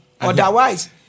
Otherwise